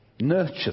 Nurture